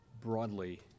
broadly